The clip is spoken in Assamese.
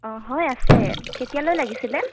অঁ হয় আছে কেতিয়ালৈ লাগিছিলে